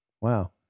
Wow